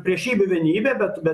priešybių vienybė bet bet